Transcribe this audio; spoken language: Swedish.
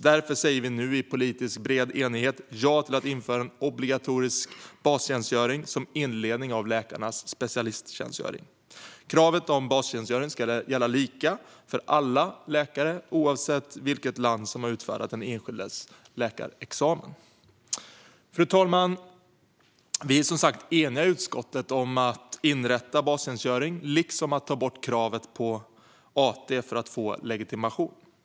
Därför säger vi nu i politiskt bred enighet ja till att införa en obligatorisk bastjänstgöring som inledning av läkarnas specialisttjänstgöring. Kravet på bastjänstgöring ska gälla lika för alla läkare oavsett i vilket land den enskilde har tagit sin läkarexamen. Fru talman! Vi är som sagt eniga i utskottet om att inrätta bastjänstgöring liksom till att ta bort kravet på AT för att få legitimation.